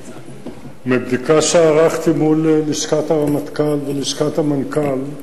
מבדיקה שערכתי מול לשכת הרמטכ"ל ולשכת המנכ"ל,